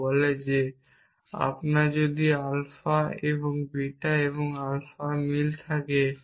যা বলে যে আপনার যদি আলফা এবং বিটা এবং আলফা মিল থাকে